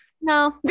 no